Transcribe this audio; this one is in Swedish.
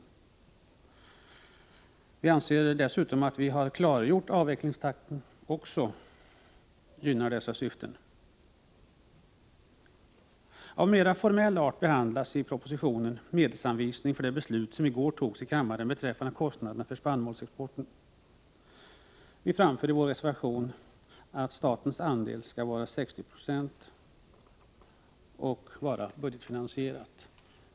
Dessutom anser vi att vi genom att klargöra avvecklingstakten har gynnat dessa syften. När det gäller frågor av mera formell art behandlas i denna proposition medelsanvisning för det beslut som i går fattades i kammaren beträffande kostnaderna för spannmålsexport. Vi framför i vår reservation att statens andel skall vara 60 96 och vara budgetfinansierad.